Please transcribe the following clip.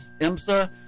IMSA